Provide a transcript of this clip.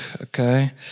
Okay